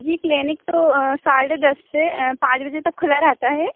जी clinic तो साढ़े दस से पाँच बजे तक खुला रहता है